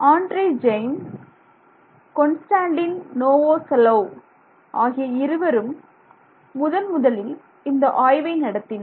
Andre Geim Konstantin Novoselov ஆகிய இருவரும் முதன்முதலில் இந்த ஆய்வை நடத்தினர்